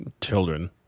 children